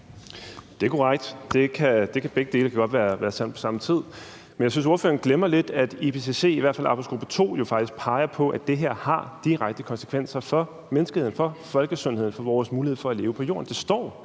Det er korrekt, at begge dele godt kan være sande på samme tid. Men jeg synes, at ordføreren glemmer lidt, at IPCC, i hvert fald arbejdsgruppe II, jo faktisk peger på, at det her har direkte konsekvenser for menneskeheden, for folkesundheden, for vores mulighed for at leve på jorden.